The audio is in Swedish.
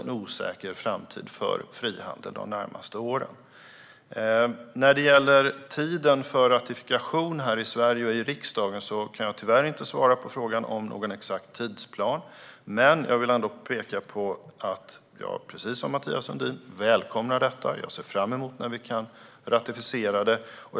När det gäller tiden för ratifikation här i Sverige och i riksdagen kan jag tyvärr inte svara på frågan om en exakt tidsplan, men jag vill ändå peka på att jag, precis som Mathias Sundin, välkomnar avtalet och ser fram emot att kunna ratificera det.